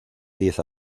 diez